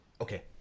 Okay